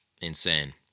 insane